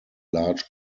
large